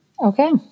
Okay